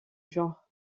genre